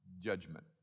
Judgment